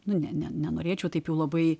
nu ne ne nenorėčiau taip labai